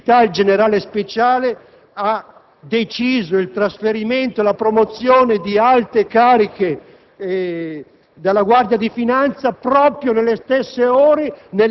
forse non c'entra neanche il collegamento dei vertici della Guardia di finanza di Milano e della Lombardia con l'ex ministro Tremonti.